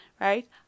right